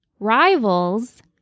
Rivals